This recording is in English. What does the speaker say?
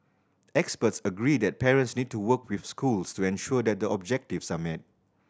experts agree that parents need to work with schools to ensure that the objectives are met